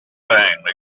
same